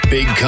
Big